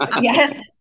Yes